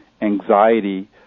anxiety